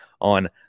on